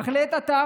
לעת עתה